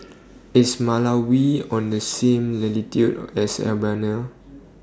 IS Malawi on The same latitude as Albania